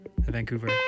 Vancouver